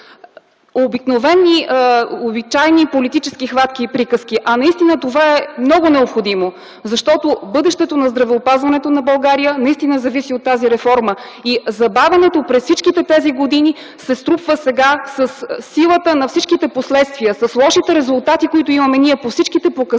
с обичайни политически хватки и приказки, а наистина това е много необходимо, защото бъдещето на здравеопазването в България наистина зависи от тази реформа. Забавянето през тези години се струпва сега със силата на всичките последствия, с лошите резултати, които имаме по всичките показатели